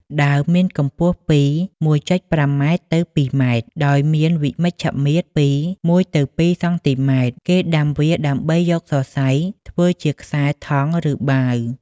ដើមមានកំពស់ពី ១,៥០ ម៉ែត្រទៅ ២ ម៉ែត្រ ដោយ មានវិជ្ឈមាត្រពី ១ទៅ២ សងទីម៉ែត្រ គេដាំវាដើម្បីយកសរសៃធ្វើជាខ្សែ ថង់ ឬបាវ ។